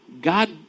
God